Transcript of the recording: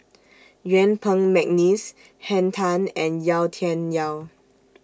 Yuen Peng Mcneice Henn Tan and Yau Tian Yau